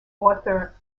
author